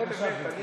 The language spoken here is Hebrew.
זה בסדר.